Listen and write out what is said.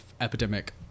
epidemic